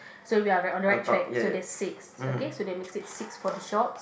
so we are we are on the right track so that's six okay so that makes it six for the shops